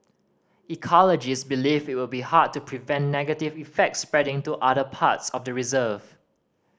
ecologists believe it would be hard to prevent negative effects spreading to other parts of the reserve